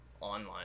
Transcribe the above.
online